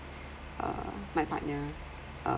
um my partner uh